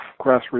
grassroots